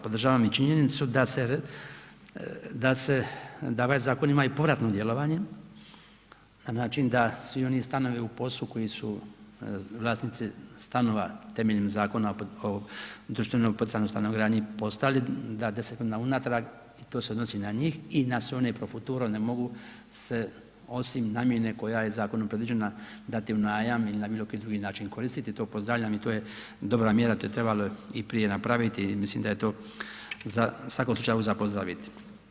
Podržavam i činjenicu da ovaj zakon ima i povratno djelovanje na način da svi oni stanovi u POS-u koji su vlasnici stanova temeljem Zakona o društveno poticajnoj stanogradnji postali 10 godina unatrag i to se odnosi na njih i na sve one profuturo ne mogu se osim namjene koja je zakonom predviđena dati u najam ili na bilo koji drugi način koristiti, to pozdravljam i to je dobra mjera, to je trebalo i prije napraviti i mislim da je to za, u svakom slučaju za pozdraviti.